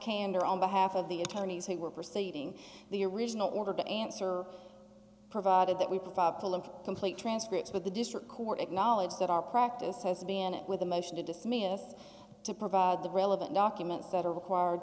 candor on behalf of the attorneys who were perceiving the original order to answer provided that we provide full and complete transcripts with the district court acknowledged that our practices advantage with a motion to dismiss to provide the relevant documents that are required